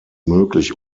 möglich